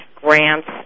grants